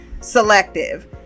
selective